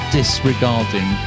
disregarding